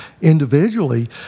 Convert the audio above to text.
individually